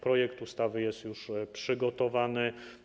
Projekt ustawy jest już przygotowany.